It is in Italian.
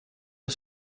del